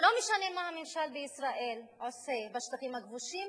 לא משנה מה הממשל בישראל עושה בשטחים הכבושים,